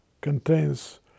contains